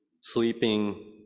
sleeping